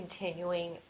continuing